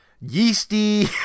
yeasty